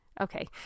Okay